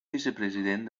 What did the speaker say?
vicepresident